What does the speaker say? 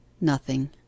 Nothing